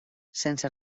sense